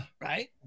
Right